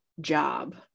job